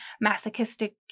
masochistic